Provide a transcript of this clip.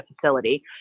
facility